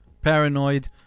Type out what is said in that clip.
paranoid